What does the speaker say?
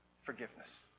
forgiveness